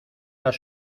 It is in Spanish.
las